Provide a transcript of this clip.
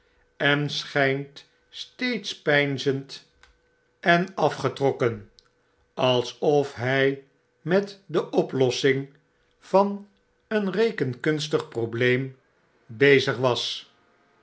en schjjnt steeds peinzend en i wmssmgmmbmammsmm overdkukkek afgetrokken alsof hy met de oplossing van een rekenkunstig probleem bezig was